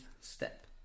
step